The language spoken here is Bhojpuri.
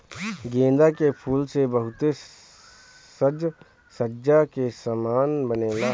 गेंदा के फूल से बहुते साज सज्जा के समान बनेला